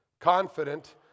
Confident